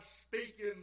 speaking